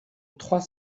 trois